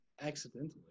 Accidentally